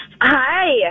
Hi